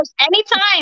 Anytime